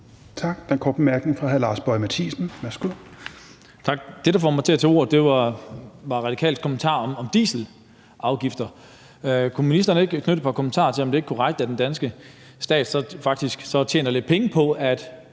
Det, der får mig til at tage ordet, er Radikales kommentar om dieselafgifter. Kunne ministeren ikke knytte et par kommentarer til, om det ikke er korrekt, at den danske stat så faktisk tjener lidt penge på, at